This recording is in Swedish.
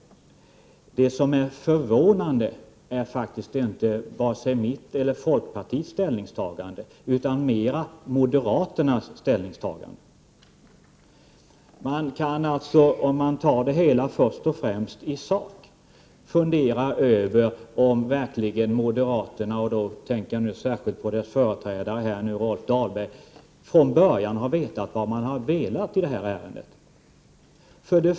Det som är förvånande är faktiskt inte vare sig mitt eller folkpartiets ställningstagande utan snarare moderaternas ställningstagande. Det finns anledning att fundera över om verkligen moderaterna — och jag tänker särskilt på deras företrädare nu, Rolf Dahlberg -— från början har vetat vad de har velat i det här ärendet.